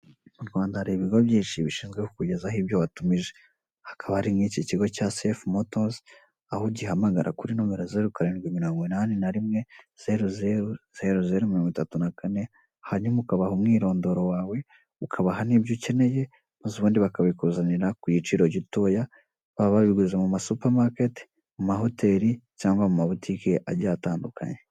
Mu Rwanda hari ibigo byinshi bishinzwe kukugezaho ibyo watumije, hakaba hari nk'iki kigo cya Safe Motos aho ugihamagara kuri nomero zeru karindwi mirongo inani na rimwe zeru zeru zeru zeru mirongo itatu na kane hanyuma ukabaha umwirondoro wawe ukabaha n'ibyo ukeneye maze ubundi bakabikuzanira ku giciro gitoya waba wabiguze mu ma supermarket, mu ma hotel cyangwa mu ma butike agiye atandukanye.